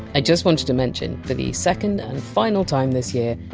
i just wanted to mention, for the second and final time this year,